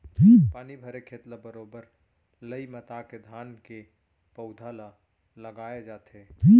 पानी भरे खेत ल बरोबर लई मता के धान के पउधा ल लगाय जाथे